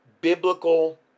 biblical